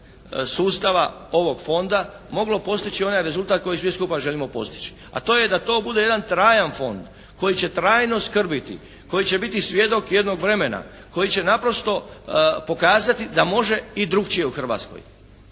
sustava ovog fonda moglo postići onaj rezultat koji svi skupa želimo postići, a to je da to bude jedan trajan fond koji će trajno skrbiti, koji će biti svjedok jednog vremena, koji će naprosto pokazati da može i drukčije u Hrvatskoj,